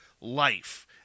life